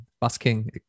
busking